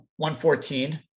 114